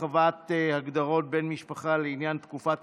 הרחבת הגדרת בן משפחה לעניין תקופת